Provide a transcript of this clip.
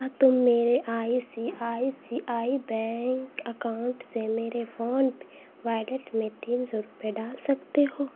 کیا تم میرے I C I C I bank account سے میرے فون پے والیٹ میں تین سو روپئے ڈال سکتے ہو